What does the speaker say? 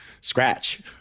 scratch